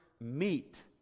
meet